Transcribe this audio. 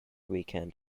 weekend